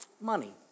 Money